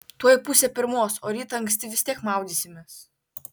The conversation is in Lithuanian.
tuoj pusė pirmos o rytą anksti vis tiek maudysimės